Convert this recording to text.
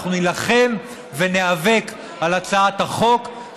אנחנו נילחם וניאבק על הצעת החוק, תודה.